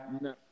No